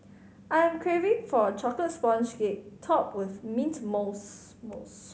I am craving for a chocolate sponge cake topped with mint mousse mousse